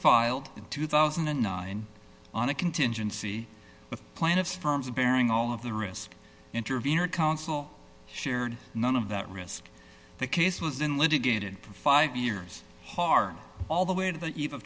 filed in two thousand and nine on a contingency plan if firms are bearing all of the risk intervenor counsel shared none of that risk the case was in litigated for five years hard all the way to the ev